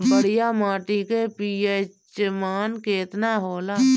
बढ़िया माटी के पी.एच मान केतना होला?